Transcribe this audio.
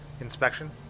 inspection